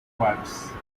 virus